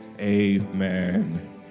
Amen